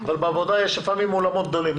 אבל בעבודה יש לפעמים אולמות גדולים.